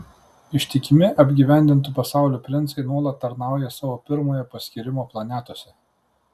ištikimi apgyvendintų pasaulių princai nuolat tarnauja savo pirmojo paskyrimo planetose